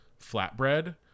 flatbread